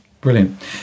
brilliant